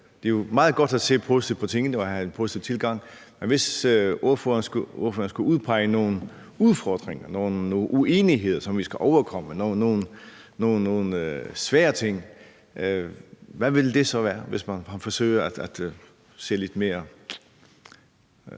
Det er jo meget godt at se positivt på tingene og have en positiv tilgang, men hvis ordføreren skulle udpege nogle udfordringer, nogle uenigheder, som vi skal overkomme, og nogle svære ting, hvad ville det så være, hvis man forsøger at se lidt mere